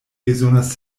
bezonas